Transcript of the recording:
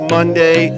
Monday